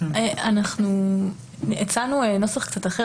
אנחנו הצענו נוסח קצת אחר,